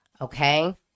Okay